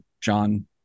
John